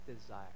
desire